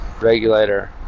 regulator